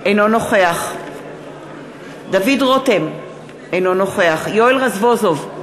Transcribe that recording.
אינו נוכח דוד רותם, אינו נוכח יואל רזבוזוב,